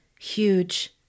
huge